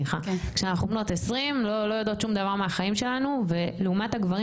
שאנחנו בנות 20 לא יודעות שום דבר מהחיים שלנו ולעומת הגברים